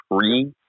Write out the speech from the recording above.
three